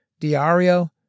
Diario